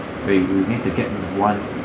where you need to get one